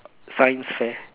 science fair